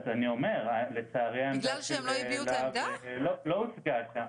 אז אני אומר, לצערי, העמדה של להב לא הוצגה שם.